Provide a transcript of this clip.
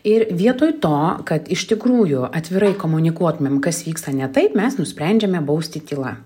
ir vietoj to kad iš tikrųjų atvirai komunikuotumėm kas vyksta ne taip mes nusprendžiame bausti tyla